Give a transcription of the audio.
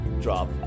drop